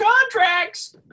contracts